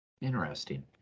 Interesting